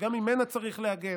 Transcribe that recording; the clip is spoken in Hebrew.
וגם ממנה צריך להגן.